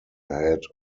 ahead